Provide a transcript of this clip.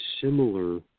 similar